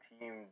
team